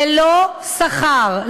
ללא שכר,